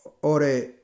Ore